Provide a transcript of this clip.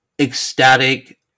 ecstatic